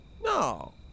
No